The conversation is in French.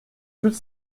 toute